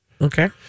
Okay